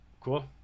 Cool